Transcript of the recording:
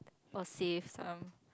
or save some